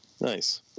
Nice